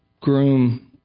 groom